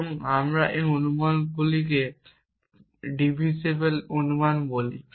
এবং আমরা এই অনুমানগুলিকে ডিফিজিবেল অনুমান বলি